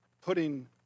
putting